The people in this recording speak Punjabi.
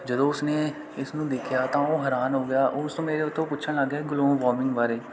ਜਦੋਂ ਉਸਨੇ ਇਸਨੂੰ ਦੇਖਿਆ ਤਾਂ ਉਹ ਹੈਰਾਨ ਹੋ ਗਿਆ ਉਸ ਮੇਰੇ ਉਹ ਤੋਂ ਪੁੱਛਣ ਲੱਗ ਗਿਆ ਗਲੋਬਲ ਵਾਰਮਿੰਗ ਬਾਰੇ